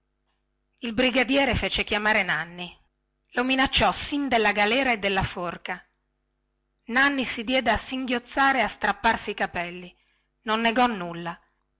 il brigadiere fece chiamare nanni e lo minacciò sin della galera e della forca nanni si diede a singhiozzare ed a strapparsi i capelli non negò nulla